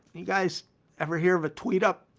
you guys ever hear of a tweet up?